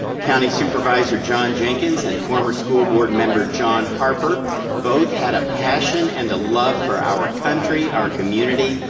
county supervisor john jenkins and former school board member john harper both had a passion and a love for our country, our community,